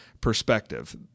perspective